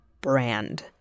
brand